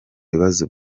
bibazo